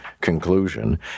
conclusion